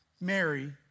Mary